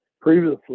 previously